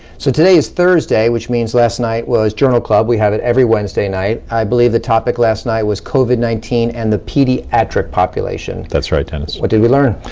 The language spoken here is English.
so today is thursday, which means last night was journal club, we have it every wednesday night. i believe the topic last night was covid nineteen and the pediatric population. that's right, dennis. what did we learn?